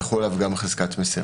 תחול עליו גם חזקת מסירה.